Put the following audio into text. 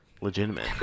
legitimate